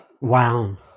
Wow